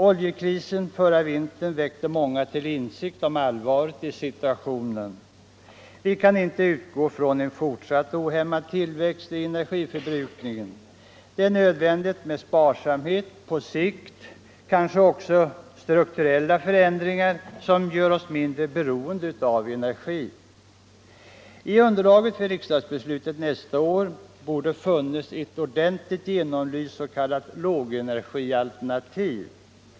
Oljekrisen förra vintern väckte många till insikt om allvaret i situationen. Vi kan inte utgå från en fortsatt ohämmad tillväxt i energiförbrukningen. Det är nödvändigt med sparsamhet och på sikt kanske också strukturella förändringar som gör oss mindre beroende av energi. I underlaget för riksdagsbeslutet nästa år borde ha funnits ett ordentligt genomlyst s.k. lågenergialternativ.